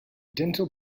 dental